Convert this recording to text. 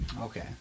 Okay